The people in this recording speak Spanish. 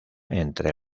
entre